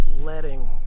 letting